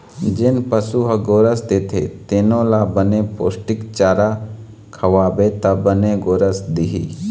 जेन पशु ह गोरस देथे तेनो ल बने पोस्टिक चारा खवाबे त बने गोरस दिही